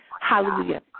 Hallelujah